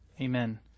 Amen